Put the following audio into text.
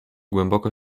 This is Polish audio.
głęboko